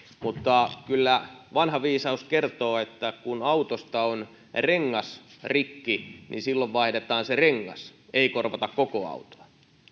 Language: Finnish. mutta kyllä vanha viisaus kertoo että kun autosta on rengas rikki niin silloin vaihdetaan se rengas ei korvata koko autoa